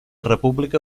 república